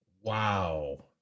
wow